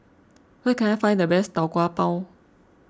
where can I find the best Tau Kwa Pau